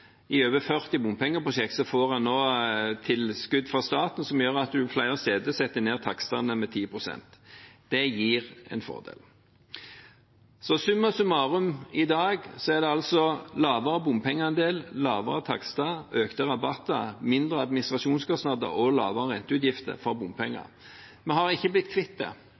I over 40 bompengeprosjekter får en nå tilskudd fra staten, noe som gjør at man flere steder setter ned takstene med 10 pst. Det gir en fordel. Summa summarum: I dag er det lavere bompengeandel, lavere takster, økte rabatter, mindre administrasjonskostnader og lavere renteutgifter for bompenger. Vi har ikke blitt